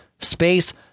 space